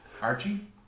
Archie